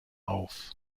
auf